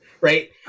right